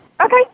Okay